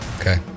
Okay